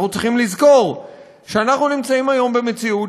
אנחנו צריכים לזכור שאנחנו נמצאים היום במציאות